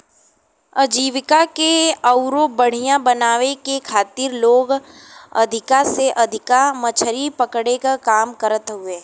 आजीविका के अउरी बढ़ियां बनावे के खातिर लोग अधिका से अधिका मछरी पकड़े क काम करत हवे